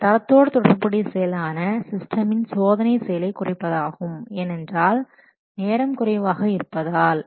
சில தரத்தோடு தொடர்புடைய செயலான சிஸ்டமின் சோதனை செயலை குறைப்பதாகும் ஏனென்றால் நேரம் குறைவாக இருப்பதால்